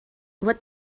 what